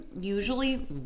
usually